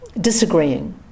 disagreeing